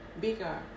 bigger